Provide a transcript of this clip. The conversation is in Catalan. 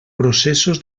processos